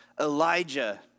Elijah